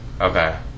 Okay